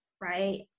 right